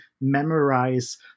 memorize